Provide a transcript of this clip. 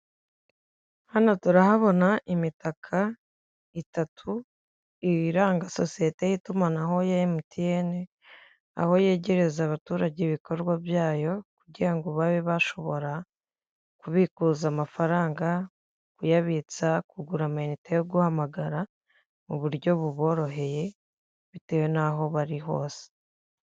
Hano turahabona imitaka itatu iranga sosiyete y'itumanaho ya emuti eni aho yegereza abaturage ibikorwa byayo kugirango babe bashobora kubikuza amafaranga kuyabitsa kugura amayinite yo guhamagara mu buryo buboroheye bitewe n'aho bari hose.